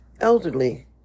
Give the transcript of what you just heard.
elderly